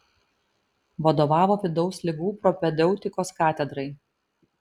vadovavo vidaus ligų propedeutikos katedrai